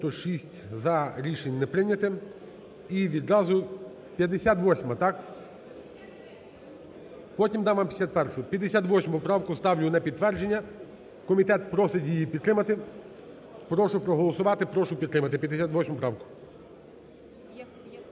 За-96 Рішення не прийняте. І відразу 58-а. Так? Потім дам вам 51-у. 58 правку ставлю на підтвердження. Комітет просить її підтримати. Прошу проголосувати, прошу підтримати 58 правку.